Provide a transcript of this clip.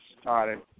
started